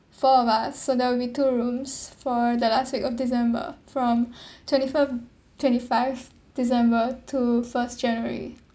four of us so there will be two rooms for the last week of december from twenty-fifth twenty-five december to first january